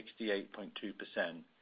68.2%